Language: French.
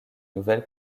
nouvelle